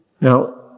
Now